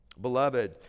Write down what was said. Beloved